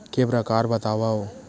के प्रकार बतावव?